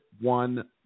one